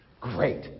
Great